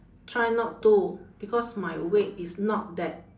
try not to because my weight is not that